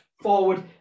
forward